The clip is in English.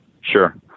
sure